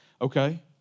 Okay